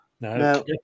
No